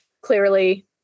clearly